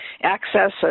access